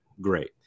Great